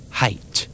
height